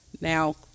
Now